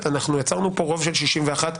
כמובן, אי-אפשר לדעת איך ישתמשו בזה,